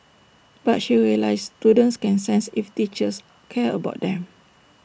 but she realised students can sense if teachers care about them